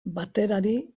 baterari